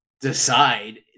Decide